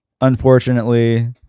unfortunately